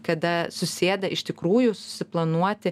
kada susėda iš tikrųjų susiplanuoti